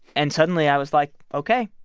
and suddenly i was, like, ok.